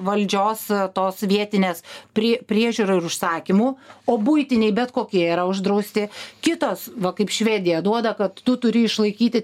valdžios tos vietinės pri priežiūra ir užsakymu o buitiniai bet kokie yra uždrausti kitos va kaip švedija duoda kad tu turi išlaikyti